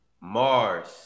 Mars